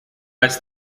ist